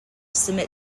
submit